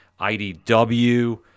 IDW